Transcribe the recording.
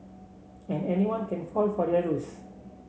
and anyone can fall for their ruse